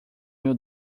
meu